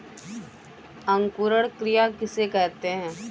अंकुरण क्रिया किसे कहते हैं?